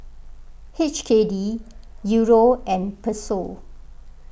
H K D Euro and Peso